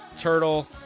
turtle